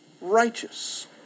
righteous